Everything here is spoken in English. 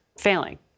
failing